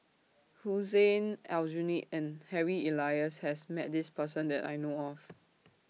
Hussein Aljunied and Harry Elias has Met This Person that I know of